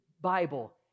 Bible